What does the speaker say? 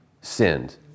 sinned